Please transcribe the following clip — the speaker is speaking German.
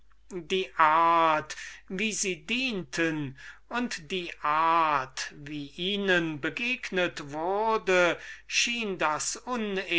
die art wie sie dienten und die art wie ihnen begegnet wurde schien das